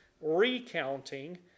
recounting